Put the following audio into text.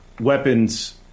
weapons